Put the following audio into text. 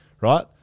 right